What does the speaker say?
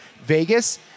Vegas